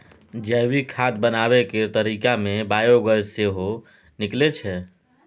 जैविक खाद बनाबै केर तरीका मे बायोगैस सेहो निकलै छै